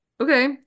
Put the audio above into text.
Okay